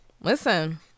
Listen